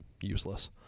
Useless